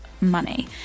money